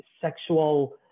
sexual